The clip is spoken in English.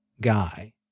guy